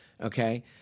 Okay